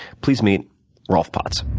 please meet rolf potts.